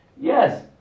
Yes